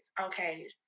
okay